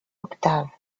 octaves